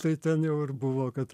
kai ten jau ir buvo kad